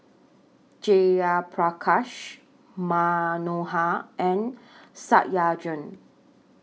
Jayaprakash Manohar and Satyendra